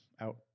Out